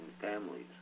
families